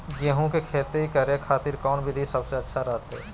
गेहूं के खेती करे खातिर कौन विधि सबसे अच्छा रहतय?